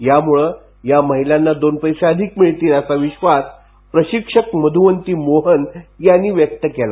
यामुळे या महिलांना दोन पैसे अधिक मिळतील असा विश्वास प्रशिक्षक मध्ववंती मोहन यांनी व्यक्त केला